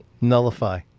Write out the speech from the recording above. Nullify